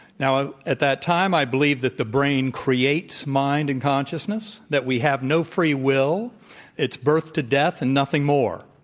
now, at that time i believed that the brain creates mind and consciousness, that we have no free will, that it's birth to death and nothing more.